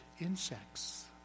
insects